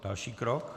Další krok?